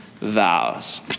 vows